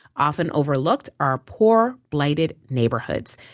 often overlooked are poorer, blighted neighborhoods.